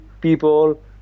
people